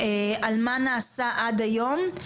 על מה נעשה עד היום,